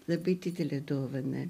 labai didelė dovana